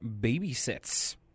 Babysits